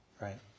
Right